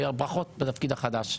ברכות בתפקיד החדש.